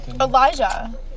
Elijah